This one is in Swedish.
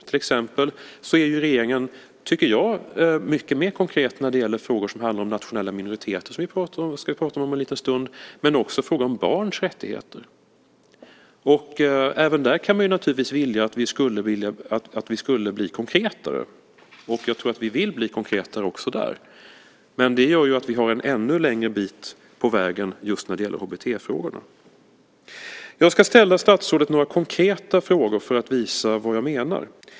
Till exempel är regeringen, tycker jag, mycket mer konkret när det gäller frågor som handlar om nationella minoriteter, som vi om en liten stund ska prata om, men också om barns rättigheter. Även där man kan vilja att vi skulle bli konkretare, och jag tror att vi vill bli konkretare också där. Men det gör att vi har en ännu längre bit på vägen just när det gäller HBT-frågorna. Jag ska ta upp några konkreta frågor för att visa vad jag menar.